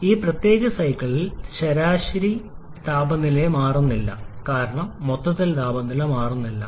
ഈ പ്രത്യേക സൈക്കിളിൽ താപ നിരസിക്കൽ ശരാശരി താപനില മാറുന്നില്ല കാരണം മൊത്തത്തിൽ താപനില മാറുന്നില്ല